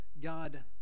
God